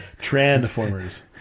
Transformers